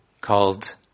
called